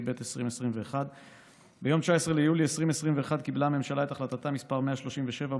התשפ"ב 2021. ביום 19 ביולי 2021 קיבלה הממשלה את החלטה מס' 137,